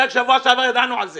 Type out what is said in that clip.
רק בשבוע שעבר ידענו על זה.